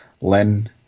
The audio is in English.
Len